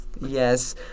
Yes